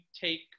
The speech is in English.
take